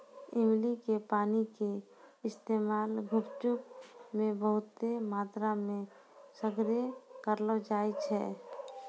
इमली के पानी के इस्तेमाल गुपचुप मे बहुते मात्रामे सगरे करलो जाय छै